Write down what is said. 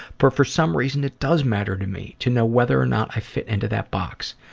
for for some reason it does matter to me to know whether or not i fit into that box.